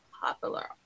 Popular